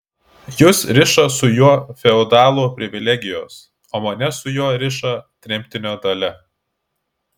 jus riša su juo feodalų privilegijos o mane su juo riša tremtinio dalia